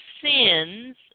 sins